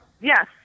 Yes